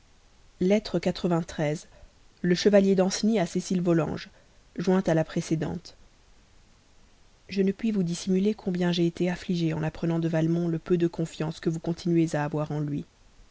lettre le chevalier danceny à cécile volanges jointe à la précédente je ne puis vous dissimuler combien j'ai été affligé en apprenant de valmont le peu de confiance que vous continuez à avoir en lui